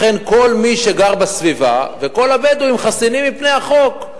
לכן כל מי שגר בסביבה וכל הבדואים חסינים מפני החוק.